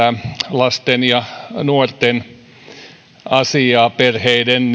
lasten ja nuorten ja perheiden